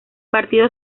partido